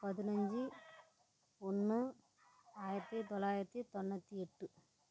பதினஞ்சு ஒன்று ஆயிரத்து தொள்ளாயிரத்து தொண்ணூற்றி எட்டு